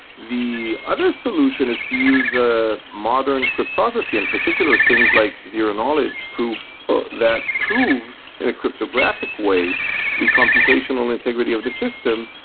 the other solution is to use modern cryptography, in particular things like zero-knowledge proofs that prove in a cryptographic way the computational integrity of the system,